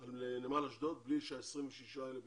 עם נמל אשדוד בלי שה-26 האלה בפנים,